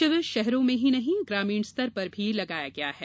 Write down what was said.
शिविर शहरों में ही नहीं ग्रामीणस्तर पर भी लगाया गया है